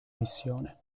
missione